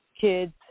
kids